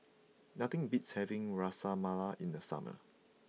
nothing beats having Ras Malai in the summer